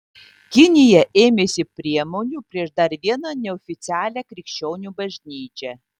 kinija ėmėsi priemonių prieš dar vieną neoficialią krikščionių bažnyčią